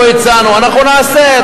אנחנו נעשה.